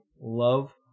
love